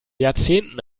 jahrzehnten